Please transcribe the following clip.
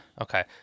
Okay